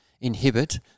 inhibit